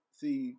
see